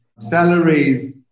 salaries